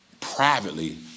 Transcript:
privately